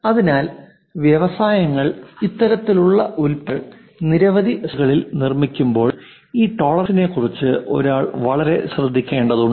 അതിനാൽ വ്യവസായങ്ങൾ ഇത്തരത്തിലുള്ള ഉൽപ്പന്നങ്ങൾ നിരവധി സംഖ്യകളിൽ നിർമ്മിക്കുമ്പോൾ ഈ ടോളറൻസിനെ കുറിച്ച് ഒരാൾ വളരെ ശ്രദ്ധിക്കേണ്ടതുണ്ട്